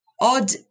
odd